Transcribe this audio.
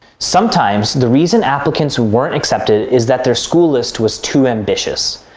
sometimes the reason applicants weren't accepted is that their school list was too ambitious.